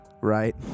right